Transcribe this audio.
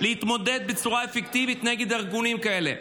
להתמודד בצורה אפקטיבית נגד ארגונים כאלה.